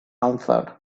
answered